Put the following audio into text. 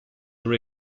are